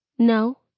No